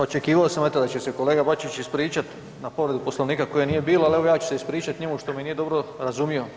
Očekivao sam eto da će se kolega Bačić ispričati na povredu Poslovnika koje nije bilo, ali evo ja ću se ispričati njemu što me nije dobro razumio.